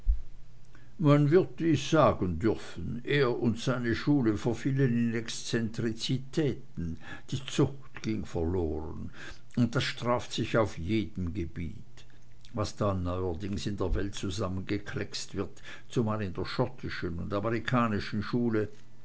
man wird dies sagen dürfen er und seine schule verfielen in exzentrizitäten die zucht ging verloren und das straft sich auf jedem gebiet was da neuerdings in der welt zusammengekleckst wird zumal in der schottischen und amerikanischen schule